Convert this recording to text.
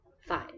Fine